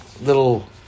little